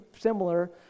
similar